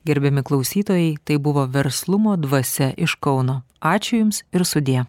gerbiami klausytojai tai buvo verslumo dvasia iš kauno ačiū jums ir sudie